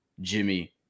jimmy